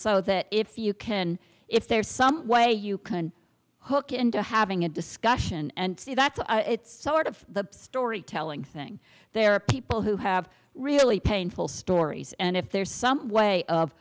so that if you can if there's some way you can hook into having a discussion and see that it's sort of the storytelling thing there are people who have really painful stories and if there's some way of